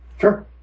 Sure